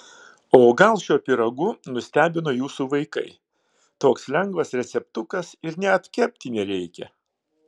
o gal šiuo pyragu nustebino jūsų vaikai toks lengvas receptukas ir net kepti nereikia